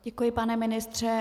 Děkuji, pane ministře.